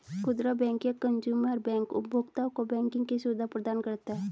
खुदरा बैंक या consumer bank उपभोक्ताओं को बैंकिंग की सुविधा प्रदान करता है